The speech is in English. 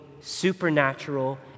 supernatural